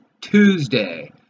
Tuesday